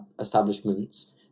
establishments